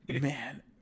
Man